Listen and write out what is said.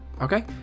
okay